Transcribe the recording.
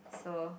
so